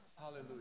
Hallelujah